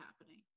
happening